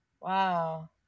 Wow